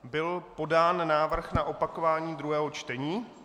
Byl podán návrh na opakování druhého čtení.